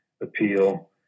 appeal